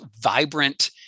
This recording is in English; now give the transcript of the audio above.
vibrant